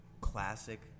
classic